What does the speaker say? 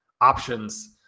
options